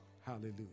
Hallelujah